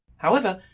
however,